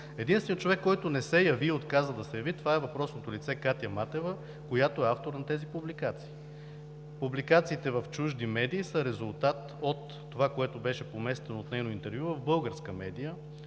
единственият човек, който не се яви и отказа да се яви, това е въпросното лице Катя Матева, която е автор на тези публикации. Публикациите в чужди медии са резултат от това, което беше поместено от нейно интервю в българска медия.